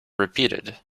repeated